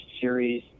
series